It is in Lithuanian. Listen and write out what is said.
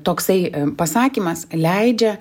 toksai pasakymas leidžia